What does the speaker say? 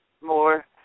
more